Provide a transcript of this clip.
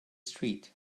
street